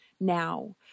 now